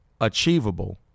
achievable